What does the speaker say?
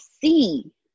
see